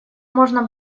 можно